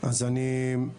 אז אני מבקש